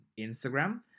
Instagram